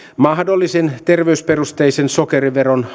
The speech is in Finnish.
mahdollisen terveysperusteisen sokeriveron